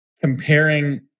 comparing